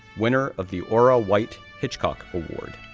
winner of the orra white hitchcock award,